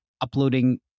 uploading